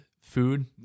food